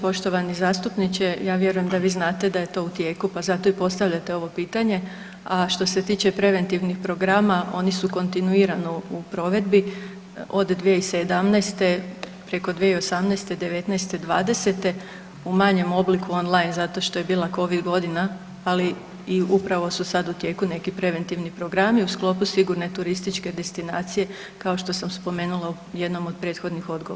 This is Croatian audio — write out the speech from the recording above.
Poštovani zastupniče, ja vjerujem da vi znate da je to u tijeku pa zato i postavljate ovo pitanje, a što se tiče preventivnih programa, oni su kontinuirano u provedbi od 2017. preko 2018., 2019., 2020., u manjem obliku online zato što je bila COVID godina ali i upravo su sad u tijeku neki preventivni programi u sklopu sigurne turističke destinacije kao što sam spomenula u jednom od prethodnih odgovora.